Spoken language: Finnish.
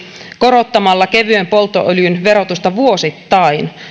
korottamalla kevyen polttoöljyn verotusta vuosittain